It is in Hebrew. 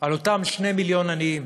על אותם 2 מיליון עניים